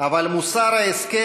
אבל מוסר ההשכל